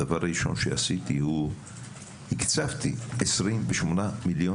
הדבר הראשון שעשיתי הוא הקצבתי 28 מיליון